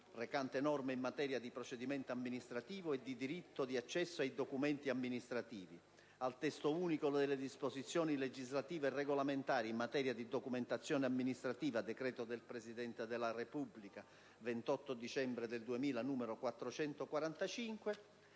recante norme in materia di procedimento amministrativo e di diritto di accesso ai documenti amministrativi, al Testo unico delle disposizioni legislative e regolamentari in materia di documentazione amministrativa (decreto del Presidente della Repubblica 28 dicembre 2000, n. 445),